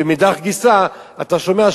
ומאידך גיסא אתה שומע,